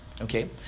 okay